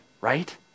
right